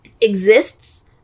exists